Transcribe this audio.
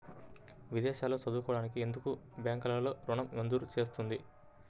విదేశాల్లో చదువుకోవడానికి ఎందుకు బ్యాంక్లలో ఋణం మంజూరు చేస్తుంది?